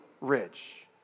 rich